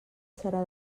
serà